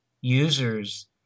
users